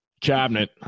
Cabinet